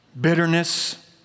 bitterness